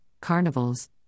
carnivals